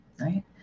right